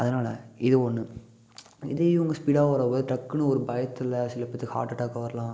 அதனால இது ஒன்று இதே இவங்க ஸ்பீடாக வரவே டக்குன்னு ஒரு பயத்தில் சில பேர்த்துக்கு ஹார்ட்டடாக் வரலாம்